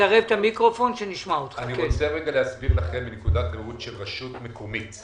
אני רוצה להסביר מנקודת ראות של רשות מקומית.